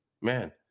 Man